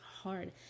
hard